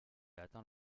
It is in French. atteint